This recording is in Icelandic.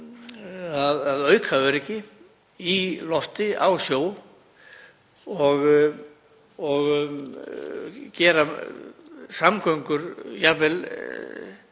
að auka öryggi í lofti og á sjó og gera samgöngur jafnvel